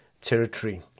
territory